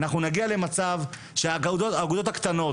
אנחנו נגיע למצב שהאגודות הקטנות,